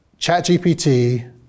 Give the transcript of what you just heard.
ChatGPT